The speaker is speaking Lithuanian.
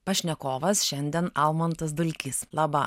pašnekovas šiandien almantas dulkys laba